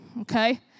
okay